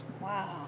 Wow